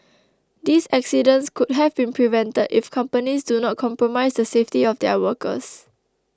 these accidents could have been prevented if companies do not compromise the safety of their workers